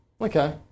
Okay